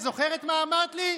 את זוכרת מה אמרת לי?